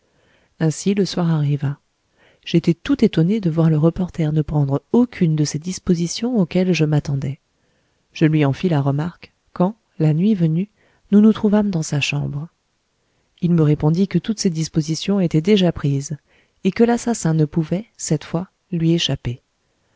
ainsi le soir arriva j'étais tout étonné de voir le reporter ne prendre aucune de ces dispositions auxquelles je m'attendais je lui en fis la remarque quand la nuit venue nous nous trouvâmes dans sa chambre il me répondit que toutes ses dispositions étaient déjà prises et que l'assassin ne pouvait cette fois lui échapper